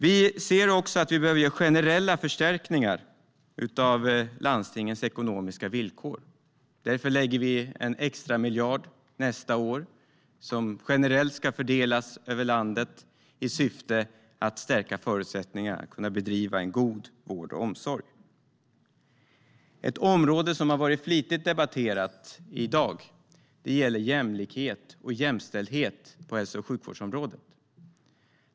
Vi ser också att vi behöver göra generella förstärkningar av landstingens ekonomiska villkor. Därför lägger vi nästa år en extra miljard som generellt ska fördelas över landet i syfte att stärka förutsättningarna för att bedriva en god vård och omsorg. Ett område som har varit flitigt debatterat i dag är jämlikhet och jämställdhet på hälso och sjukvårdsområdet.